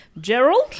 Gerald